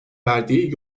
verdiği